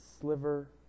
sliver